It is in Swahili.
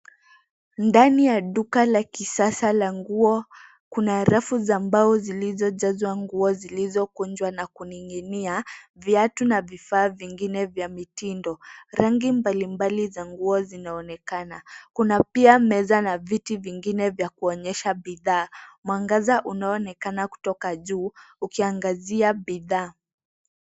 Ndani ya duka la kisasa la nguo kuna rafu za mbao zilizojazwa nguo zilizokunjwa na kuning'inia , viatu na vifaa vingine vya mitindo. Rangi mbalimbali za nguo zinaonekana. Kuna pia meza na viti vingine vya kuonyesha bidhaa. Mwangaza unaoonekana kutoka juu ukiangazia bidhaa.